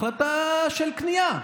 החלטה של כניעה